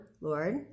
Lord